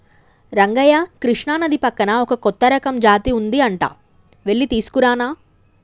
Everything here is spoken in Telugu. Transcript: రంగయ్య కృష్ణానది పక్కన ఒక కొత్త రకం జాతి ఉంది అంట వెళ్లి తీసుకురానా